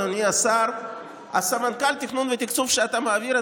אדוני השר: סמנכ"ל תכנון ותקצוב שאתה מעביר,